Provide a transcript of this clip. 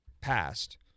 passed